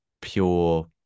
pure